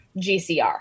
GCR